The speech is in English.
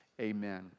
Amen